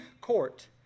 Court